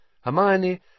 Hermione